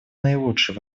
наилучший